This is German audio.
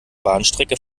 bahnstrecke